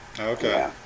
Okay